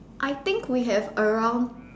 I think we have around